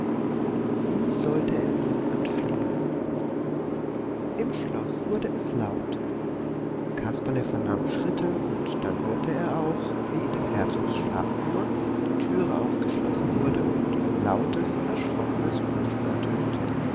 wie sollte er nun entfliehen im schloß wurde es laut kasperle vernahm schritte und dann hörte er auch wie in des herzogs schlafzimmer die türe aufgeschlossen wurde und ein lautes erschrockenes rufen ertönte